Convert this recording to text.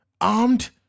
Armed